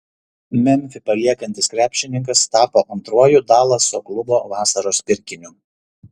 memfį paliekantis krepšininkas tapo antruoju dalaso klubo vasaros pirkiniu